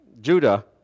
Judah